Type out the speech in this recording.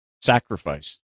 Sacrifice